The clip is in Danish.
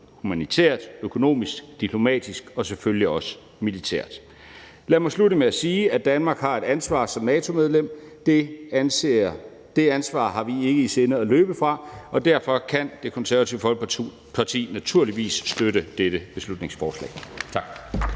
humanitært, økonomisk, diplomatisk og selvfølgelig også militært. Lad mig afslutte med at sige, at Danmark har et ansvar som NATO-medlem. Det ansvar har vi ikke i sinde at løbe fra, og derfor kan Det Konservative Folkeparti naturligvis støtte dette beslutningsforslag. Tak.